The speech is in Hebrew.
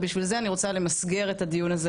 ובשביל זה אני רוצה למסגר את הדיון הזה